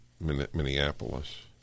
Minneapolis